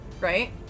Right